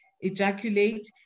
ejaculate